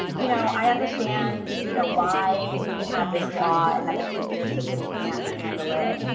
you know, i understand, you know, why we have this law and that the computer systems can't handle it.